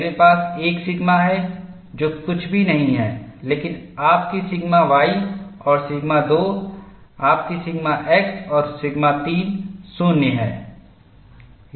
मेरे पास 1 सिग्मा है जो कुछ भी नहीं है लेकिन आपकी सिग्मा y और सिग्मा 2 आपकी सिग्मा x और सिग्मा 3 0 है